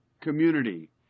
community